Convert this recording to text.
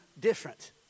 different